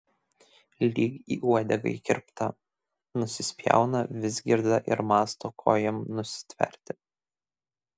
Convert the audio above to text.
lyg į uodegą įkirpta nusispjauna vizgirda ir mąsto ko jam nusitverti